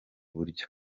buryo